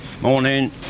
Morning